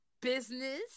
business